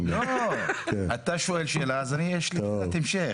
--- אתה שואל שאלה ולי יש שאלת המשך.